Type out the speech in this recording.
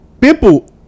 people